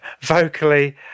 vocally